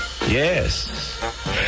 Yes